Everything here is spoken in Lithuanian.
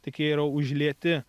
tik jie yra užlieti